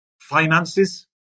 Finances